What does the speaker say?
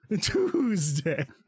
tuesday